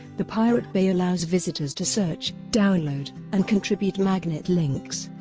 the pirate bay allows visitors to search, download, and contribute magnet links